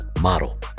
model